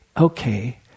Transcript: okay